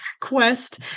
quest